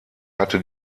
hatte